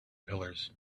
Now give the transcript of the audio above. pillars